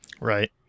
Right